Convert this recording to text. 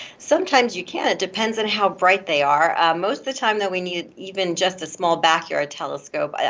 sometimes you can, it depends on how bright they are. most of the time that we needed even just a small backyard telescope. yeah